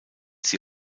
sie